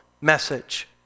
message